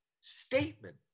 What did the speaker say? statement